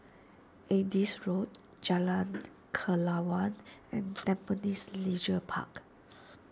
Adis Road Jalan Kelawar and Tampines Leisure Park